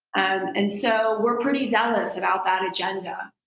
and so we're pretty zealous about that agenda.